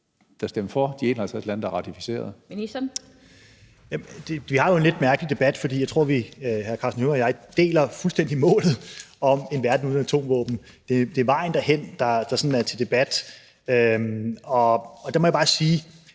Ministeren. Kl. 16:03 Udenrigsministeren (Jeppe Kofod): Vi har jo en lidt mærkelig debat, fordi jeg tror, vi, hr. Karsten Hønge og jeg, fuldstændig deler målet om en verden uden atomvåben. Det er vejen derhen, der er til debat. Der må jeg bare sige,